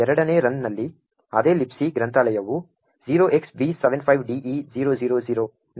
ಎರಡನೇ ರನ್ ನಲ್ಲಿ ಅದೇ Libc ಗ್ರಂಥಾಲಯವು 0xb75de000 ನಲ್ಲಿ ಇರುತ್ತದೆ